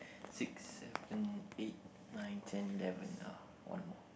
six seven eight nine ten eleven oh one more